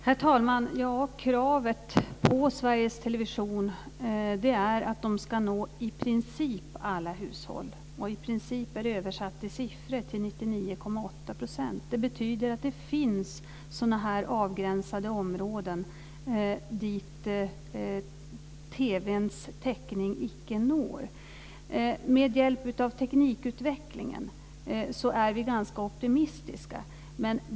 Herr talman! Kravet på Sveriges Television är att de ska nå i princip alla hushåll. I princip är översatt till siffror 99,8 %. Det betyder att det finns avgränsade områden dit TV:s täckning icke når. Med hjälp av teknikutvecklingen är vi ganska optimistiska.